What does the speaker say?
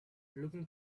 looking